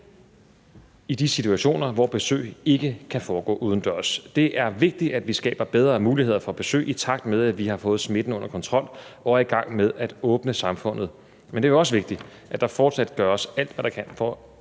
i de situationer, hvor besøg ikke kan foregå udendørs. Det er vigtigt, at vi skaber bedre muligheder for besøg, i takt med at vi har fået smitten under kontrol og er i gang med at åbne samfundet, men det er også vigtigt, at der fortsat gøres alt, hvad der kan, for